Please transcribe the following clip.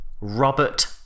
Robert